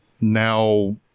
now